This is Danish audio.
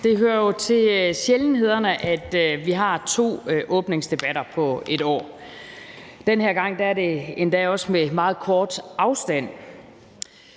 Det hører jo til sjældenhederne, at vi har to åbningsdebatter på et år, og den her gang er det endda også med meget kort afstand